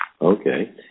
Okay